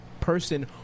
person